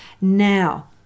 Now